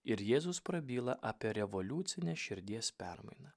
ir jėzus prabyla apie revoliucinę širdies permainą